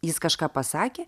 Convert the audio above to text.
jis kažką pasakė